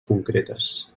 concretes